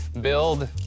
Build